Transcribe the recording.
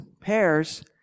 pairs